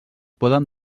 poden